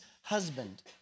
husband